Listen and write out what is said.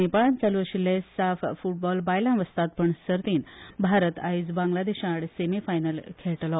नेपाळांत चालू आशिऴ्ठे साफ फुटबॉल बायला वस्तादपण सर्तीत भारत आयज बांगलादेशा आड सेमीफायनल खेळटलो